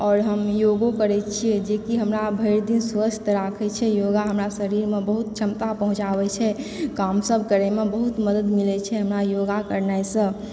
आओर हम योगो करय छियै जे कि हमरा भरि दिन स्वस्थ राखय छै योगा हमरा शरीरमे बहुत क्षमता पहुँचाबय छै काम सब करयमे बहुत मदद मिलय छै हमरा योगा करनाइसँ